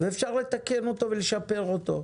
ואפשר לתקן אותה ולשפר אותה.